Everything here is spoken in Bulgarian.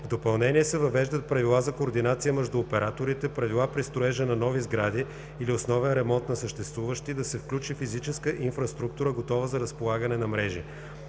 В допълнение се въвеждат правила за координация между операторите, правила при строежа на нови сгради или основен ремонт на съществуващи да се включи физическа инфраструктура, готова за разполагането на мрежи.